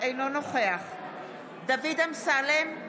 אינו נוכח דוד אמסלם,